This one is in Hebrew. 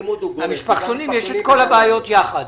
למשפחתונים יש את כל הבעיות יחד.